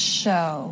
show